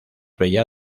bella